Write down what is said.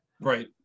Right